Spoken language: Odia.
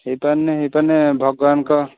ହେଇପାରୁନି ହେଇପାରିନି ଭଗବାନଙ୍କ